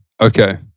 Okay